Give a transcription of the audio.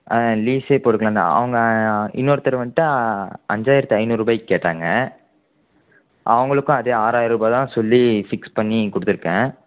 அதனால் லீஸே போட்டுக்கலாம் அவங்க இன்னொருத்தர் வந்துட்டு அஞ்சாயிரத்து ஐநூறுபாய்க்கு கேட்டாங்க அவங்களுக்கு அதே ஆறாயிரம் ரூபா தான் சொல்லி ஃபிக்ஸ் பண்ணி கொடுத்துருக்கேன்